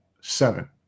seven